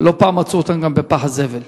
ולא פעם מצאו אותם גם בפח הזבל.